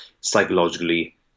psychologically